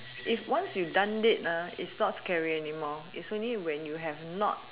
if once you done it it's not scary anymore it's only when you have not